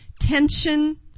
tension